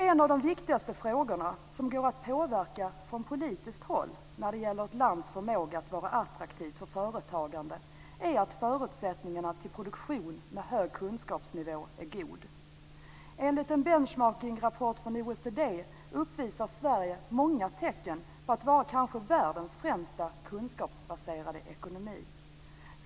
En av de viktigaste frågorna som går att påverka från politiskt håll när det gäller ett lands förmåga att vara attraktivt för företagande är att förutsättningarna för produktion med hög kunskapsnivå är goda. Enligt en benchmarking-rapport från OECD uppvisar Sverige många tecken på att vara kanske världens främsta kunskapsbaserade ekonomi.